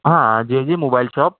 ہاں J J mobile shop